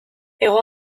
hego